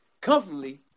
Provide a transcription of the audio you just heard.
comfortably